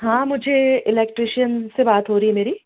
हाँ मुझे इलेक्ट्रीशियन से बात हो रही है मेरी